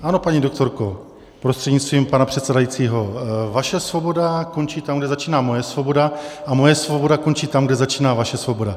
Ano, paní doktorko prostřednictvím pana předsedajícího, vaše svoboda končí tam, kde začíná moje svoboda, a moje svoboda končí tam, kde začíná vaše svoboda.